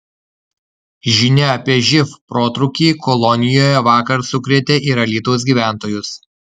žinia apie živ protrūkį kolonijoje vakar sukrėtė ir alytaus gyventojus